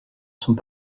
sont